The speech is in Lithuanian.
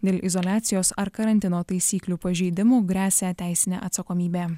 dėl izoliacijos ar karantino taisyklių pažeidimų gresia teisinė atsakomybė